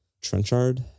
Trenchard